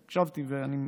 הקשבתי, ואני משיב.